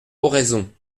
oraison